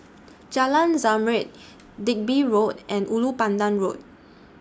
Jalan Zamrud Digby Road and Ulu Pandan Road